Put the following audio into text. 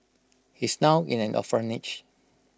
he's now in an orphanage